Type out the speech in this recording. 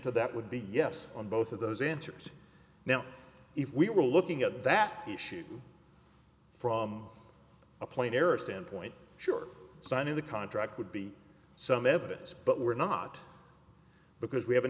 to that would be yes on both of those answers now if we were looking at that issue from a plane error standpoint sure signing the contract would be some evidence but we're not because we have